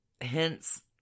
hence